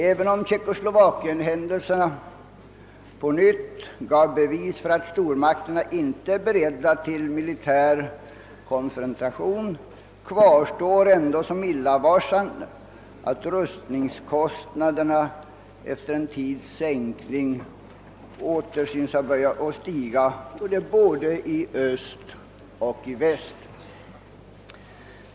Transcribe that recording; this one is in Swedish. även om händelserna i Tjeckoslovakien på nytt gav bevis för att stormakterna inte är beredda på militär konfrontation kvarstår ändå som ett illavarslande tecken att rustningskostnaderna efter en tids sänkning åter synes ha börjat stiga både i öst och väst.